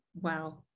Wow